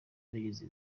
bageze